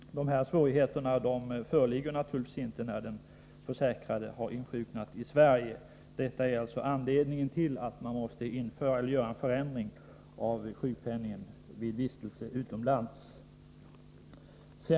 Dessa svårigheter föreligger naturligtvis inte när den försäkrade har insjuknat i Sverige. Detta är alltså anledningen till att man måste göra en förändring av sjukpenningen vid vistelse utomlands.